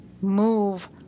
move